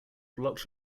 blocked